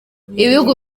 ibihugu